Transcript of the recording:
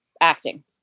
acting